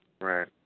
Right